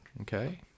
Okay